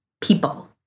people